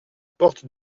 porte